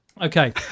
Okay